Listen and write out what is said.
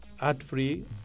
ad-free